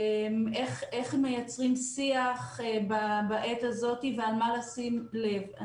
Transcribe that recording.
איך מייצרים שיח בעת הזאת ועל מה לשים לב.